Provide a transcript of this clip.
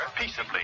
peaceably